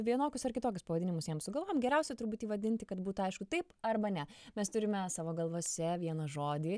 vienokius ar kitokius pavadinimus jam sugalvojam geriausia turbūt jį vadinti kad būtu aišku taip arba ne mes turime savo galvose vieną žodį